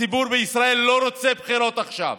הציבור בישראל לא רוצה בחירות עכשיו,